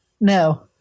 No